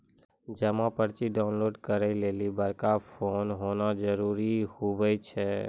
जमा पर्ची डाउनलोड करे लेली बड़का फोन होना जरूरी हुवै छै